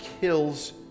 kills